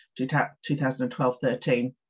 2012-13